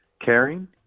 caring